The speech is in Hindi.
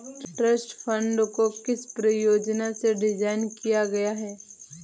ट्रस्ट फंड को किस प्रयोजन से डिज़ाइन किया गया है?